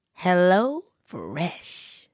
HelloFresh